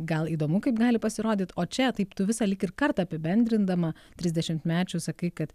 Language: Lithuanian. gal įdomu kaip gali pasirodyt o čia taip tu visą lyg ir kartą apibendrindama trisdešimtmečių sakai kad